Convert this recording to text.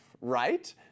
right